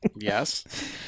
Yes